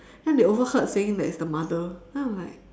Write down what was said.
then they overheard saying that it's the mother then I'm like